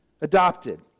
Adopted